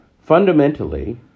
Fundamentally